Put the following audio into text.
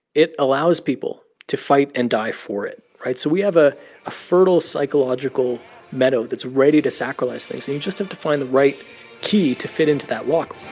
it allows people to fight and die for it, right? so we have ah a fertile psychological meadow that's ready to sacralize things. and you just have to find the right key to fit into that lock